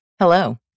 Hello